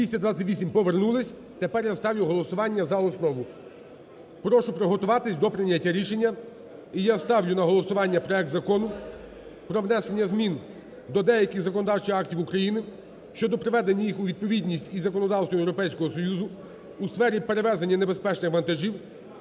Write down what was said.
За-228 Повернулись. Тепер я ставлю голосування за основу. Прошу приготуватись до прийняття рішення. І я ставлю на голосування проект Закону про внесення змін до деяких законодавчих актів України щодо приведення їх у відповідність із законодавством Європейського Союзу у сфері перевезення небезпечних вантажів